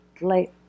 late